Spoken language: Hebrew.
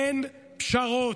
אין פשרות,